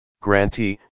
grantee